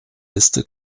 liste